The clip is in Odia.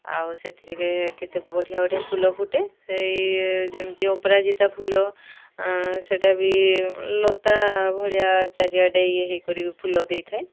ଆଉ ସେଥିରେ କେତେ ବଢ଼ିଆ ବଢ଼ିଆ ଫୁଲ ଫୁଟେ ସେଇ ଯେମିତି ଅପରାଜିତା ଫୁଲ ସେଇଟା ବି ଲତା ଭଳିଆ ଚାରିଆଡ଼େ ହୋଇକରି ଫୁଲ ଦେଇଥାଏ